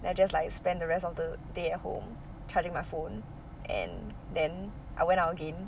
I just like spend the rest of the day at home charging my phone and then I went out again